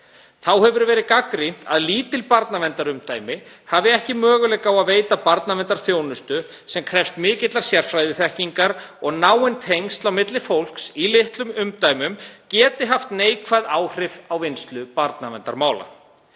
Þá hefur verið gagnrýnt að lítil barnaverndarumdæmi hafi ekki möguleika á að veita barnaverndarþjónustu sem krefst mikillar sérfræðiþekkingar og náin tengsl á milli fólks í litlum umdæmum geti haft neikvæð áhrif á vinnslu barnaverndarmála.